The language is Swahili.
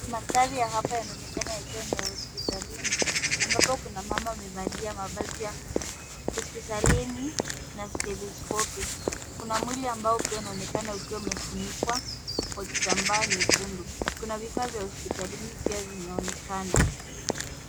Mandhari ya hapa yanaonekana yakiwa ya hospitalini ,ambapo kuna mama amevalia mavazi ya hospitalini na stetoskopu. Kuna mwili ambao pia unaonekana ukiwa umefunikwa kwa kitambaa nyekundu. Kuna vifaa vya hospitalini pia vinaonekana.